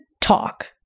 talk